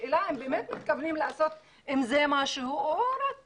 השאלה אם מתכוונים לעשות עם זה משהו או רק